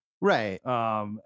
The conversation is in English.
Right